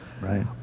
Right